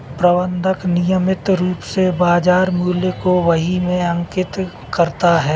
प्रबंधक नियमित रूप से बाज़ार मूल्य को बही में अंकित करता है